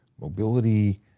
Mobility